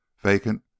vacant